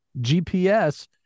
GPS